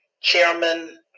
Chairman